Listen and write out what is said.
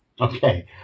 Okay